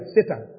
Satan